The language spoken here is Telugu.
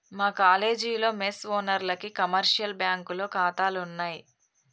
మా కాలేజీలో మెస్ ఓనర్లకి కమర్షియల్ బ్యాంకులో ఖాతాలున్నయ్